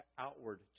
outward